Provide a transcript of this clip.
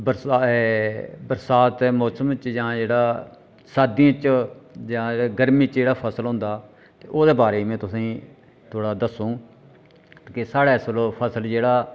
बरसात दे मौसम च जां जेह्ड़ा सर्दी च जां गर्मी च जेह्ड़ा फसल होंदा ओह्दे बारे च में तुसें ई थोह्ड़ा दस्सङ केह् साढ़े इत्थै लोक फसल जेह्ड़ा